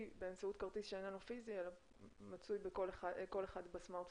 באמצעות כרטיס שמצוי בסמארטפון של כל אחד,